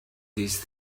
these